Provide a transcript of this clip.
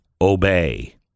obey